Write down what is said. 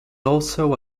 also